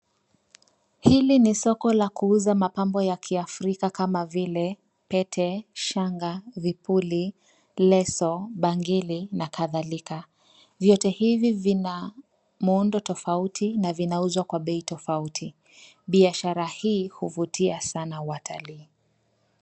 Hili ni soko ya kuuza mapambo ya kiafrika kama vile Pete, shanga, vipuli , leso, bangili na kadhalika. Vyote hivi vina muundo tofauti na vinauzwa kwa bei tofauti. Biashara hii huvutia sana watalii.